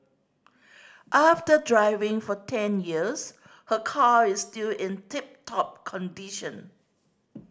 after driving for ten years her car is still in tip top condition